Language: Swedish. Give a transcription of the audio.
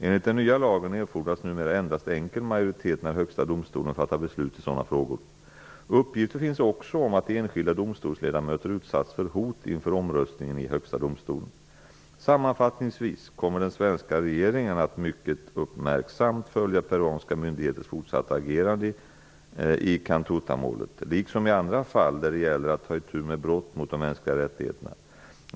Enligt den nya lagen erfordras numera endast enkel majoritet när Högsta domstolen fattar beslut i sådana frågor. Uppgifter finns också om att enskilda domstolsledamöter utsatts för hot inför omröstningen i Högsta domstolen. Sammanfattningsvis kommer den svenska regeringen att mycket uppmärksamt följa peruanska myndigheters fortsatta agerande i Cantuta-målet, liksom i andra fall där det gäller att ta itu med brott mot de mänskliga rättigheterna.